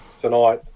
tonight